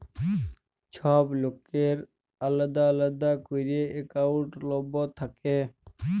ছব লকের আলেদা আলেদা ক্যইরে একাউল্ট লম্বর থ্যাকে